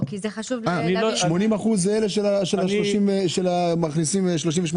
80 אחוזים משתכרים 38 אלף שקלים לחודש.